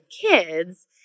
kids